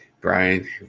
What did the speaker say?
Brian